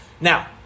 Now